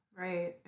Right